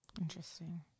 Interesting